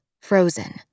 frozen